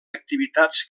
activitats